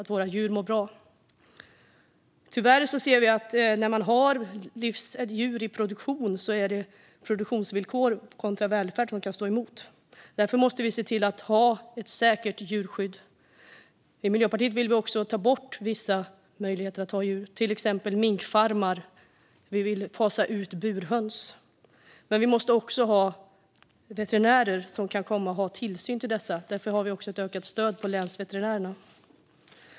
Tyvärr ser vi att det när man har djur i produktion kan vara så att produktionsvillkor och välfärd står emot varandra. Därför måste vi se till att ha ett säkert djurskydd. Miljöpartiet vill också ta bort vissa möjligheter att ha djur, till exempel minkfarmar. Vi vill även fasa ut burhöns. Men vi måste ha veterinärer som kan utöva tillsyn av dessa, och därför har vi även ett ökat stöd till länsveterinärerna.